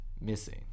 missing